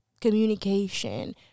communication